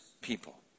people